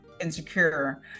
insecure